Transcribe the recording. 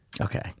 Okay